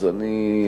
אז אני,